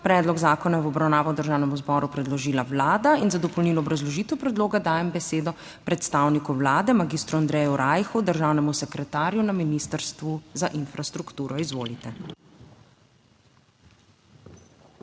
Predlog zakona je v obravnavo Državnemu zboru predložila Vlada. Za dopolnilno obrazložitev predloga dajem besedo predstavniku Vlade mag. Andreju Rajhu, državnemu sekretarju na Ministrstvu za infrastrukturo. Izvolite.